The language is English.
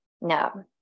No